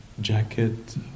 jacket